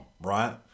right